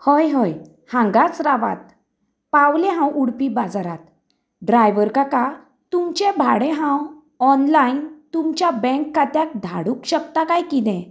हय हय हांगाच रावात पावलें हांव उडपी बाजारांत ड्रायवर काका तुमचे भाडें हांव ऑनलायन तुमच्या बँक खात्याक धाडूंक शकता काय कितें